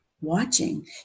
watching